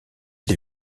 des